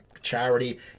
charity